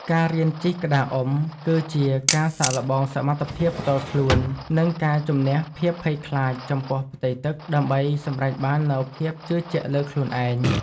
ការរៀនជិះក្តារអុំ គឺជាការសាកល្បងសមត្ថភាពផ្ទាល់ខ្លួន និងការជម្នះភាពភ័យខ្លាចចំពោះផ្ទៃទឹក ដើម្បីសម្រេចបាននូវភាពជឿជាក់លើខ្លួនឯង។